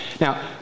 Now